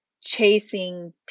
chasing